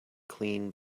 clean